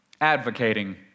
advocating